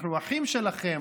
אנחנו אחים שלכם,